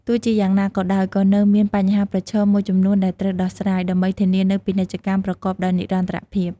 ទោះជាយ៉ាងណាក៏ដោយ ក៏នៅមាន បញ្ហាប្រឈម មួយចំនួនដែលត្រូវដោះស្រាយ ដើម្បីធានានូវពាណិជ្ជកម្មប្រកបដោយនិរន្តរភាព។